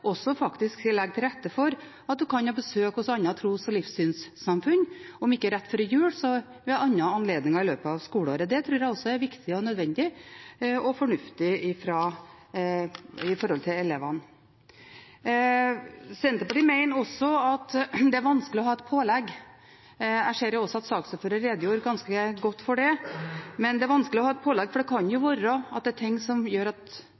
til rette for at en kan besøke andre tros- og livssynssamfunn – om ikke rett før jul, så ved andre anledninger i løpet av skoleåret. Det tror jeg også er viktig, nødvendig og fornuftig å gjøre overfor elevene. Senterpartiet mener at det er vanskelig å ha et pålegg – jeg hørte at saksordføreren også redegjorde ganske godt for det – for det kan jo være noe som kommer i veien for å ha skolegudstjeneste før jul. Det kan